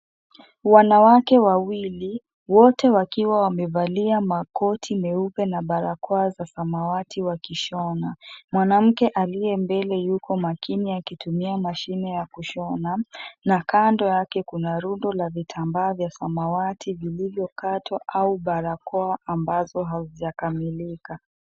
Wanawake wawili wote wakiwa wamevalia makoti meupe na barakoa za samawati wakishona. Mwanake aliye mbele yuko makini akitumia mashine ya kushona na kando kuna yake rundo ya vitambaa vya samawati vilivyokatwa au barakoa ambazo hazijakamilika.